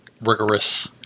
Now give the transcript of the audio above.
rigorous